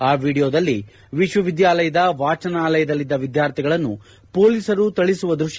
ಆ ವಿಡಿಯೋದಲ್ಲಿ ವಿಶ್ವವಿದ್ಯಾಲಯದ ವಾಚನಾಲಯದಲ್ಲಿದ್ದ ವಿದ್ಯಾರ್ಥಿಗಳನ್ನು ಪೊಲೀಸರು ಥಳಿಸುವ ದೃಶ್ಯ ದಾಖಲಾಗಿದೆ